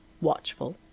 watchful